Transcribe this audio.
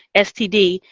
std,